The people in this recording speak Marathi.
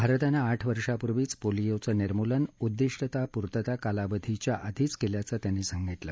भारतानं आठ वर्षापूर्वीचं पोलिओचं निर्मूलन उद्दिष्टपूर्तता कालावधीच्या आधीच केल्याचं त्यांनी सांगितलं